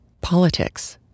politics